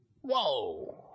Whoa